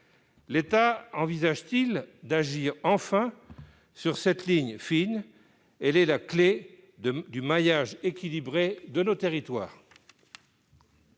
L'État envisage-t-il d'agir enfin sur cette ligne fine, elle est la clé de du maillage équilibré de nos territoires.